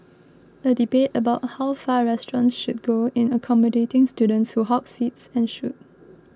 a debate about how far restaurants should go in accommodating students who hog seats ensued